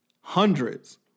Hundreds